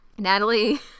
Natalie